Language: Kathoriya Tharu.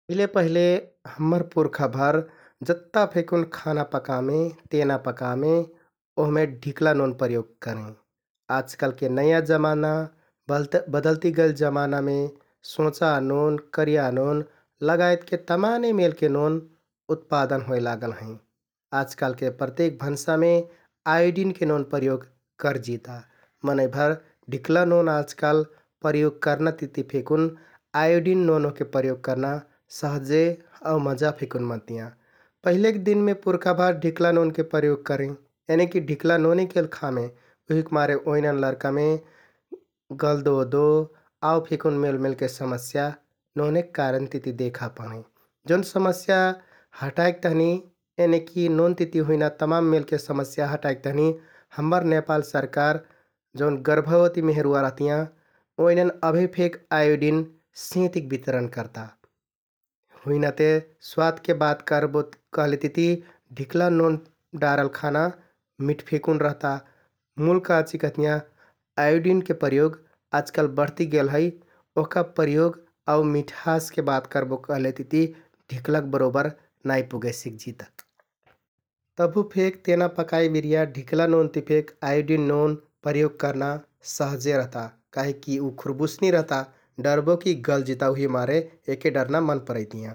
पहिले पहिले हम्मर पुर्खाभर जत्ता फेकुन खाना पकामें, तेना पकामें ओहमे ढिक्ला नोन प्रयोग करें । आजकालके नयाँ जमाना बदलति गइल जमानामे सोंचा नोन, करिया नोन लगायतके तमाने मेलके नोन उत्पादन होइ लागल हैं । आजकालके प्रत्येक भन्सामे आयोडिनके नोन प्रयोग करजिता । मनैंभर ढिक्ला नोन आजकाल नोन प्रयोग करना तिति फेकुन आयोडिन नोन ओहके प्रयोग करना सहजे आउ मजा फेकुन मनतियाँ । पहिलेक दिनमे पुर्खाभर ढिल्ला नोनके प्रयोग करें यनिकि ढिक्ला नोनेकेल खामें उहिकमारे ओइनन लरकामे गलदोदो आउ फेकुन मेलमेलके समस्या नोनेक कारणतिति देखा परें । जौन समस्या हटाइक तहनि यनिकि नोनतिति हुइना तमाम मेलके समस्या हटाइक तहनि हम्मर नेपाल सरकार जौन गर्भवति मेहरुवा रहतियाँ ओइनन अभेफेक आयोडिन सेंतिक बितरण करता । हुइना ते स्वादके बात करबोत कहलेतिति ढिक्ला नोन डारल खाना मिठ फेकुन रहता मुल काचिकहतियाँ आयोडिनके प्रयोग आजकाल बढ्ति गैल है । ओहका प्रयोग आउ मिठासके बात करबो कहलेतिति ढिक्लाक बरोबर नाइ पुगे सिकजिता । तभुफेक तेना पकाइ बिरिया ढिक्ला नोन ति फेक आयोडिन नोन प्रयोग करना सहजे रहता, काहिक कि उ खुरबुसनी रहता । डरबो कि गलजिता उहिमारे यहके डरना मन परैतियाँ ।